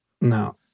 No